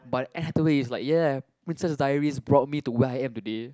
but Anne Hathaway is like ya Princess Diaries brought me to where I am today